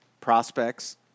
prospects